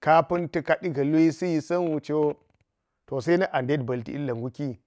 ka pa̱n ta kadi ga̱ lubi gon niɗa gwe a ta̱ma da̱amti kali wu-a taɓa pa̱lti wa wu kapa̱n ta kadi ga̱ lubi yisa̱n go se a ndet mba̱lti ilga̱ nguki.